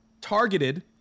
Targeted